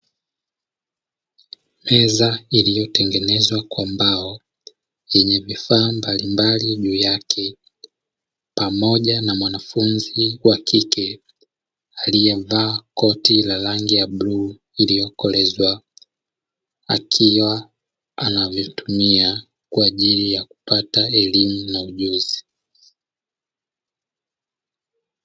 Meza iliyotengenezwa kwa mbao, yenye vifaa mbalimbali juu yake, pamoja na mwanafunzi wa kike, aliyevaa koti la rangi ya bluu iliyokolezwa, akiwa anavitumia kwa ajili ya kupata elimu na ujuzi.